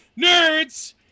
nerds